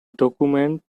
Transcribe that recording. document